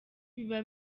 biba